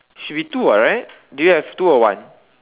should be two right do you have two or one